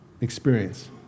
experience